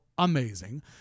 amazing